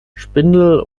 spindel